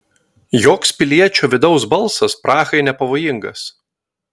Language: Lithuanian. joks piliečio vidaus balsas prahai nepavojingas